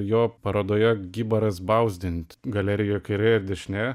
jo parodoje gibarazbauzdint galerijoj kairė ir dešinė